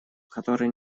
которые